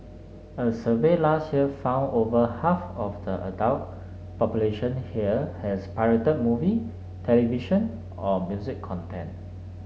a survey last year found over half of the adult population here has pirated movie television or music content